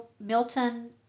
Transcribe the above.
Milton